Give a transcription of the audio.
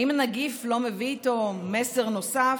האם הנגיף לא מביא איתו מסר נוסף?